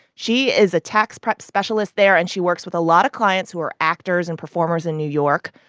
she is a tax prep specialist there. and she works with a lot of clients who are actors and performers in new york,